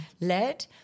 led